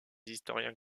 historiens